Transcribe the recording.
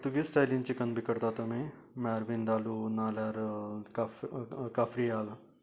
पुर्तूगेज स्टायलीन बी चिकन बी करता तुमी म्हळ्यार विंडालो नाल्यार काफ काफ्रीयल